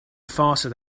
faster